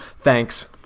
Thanks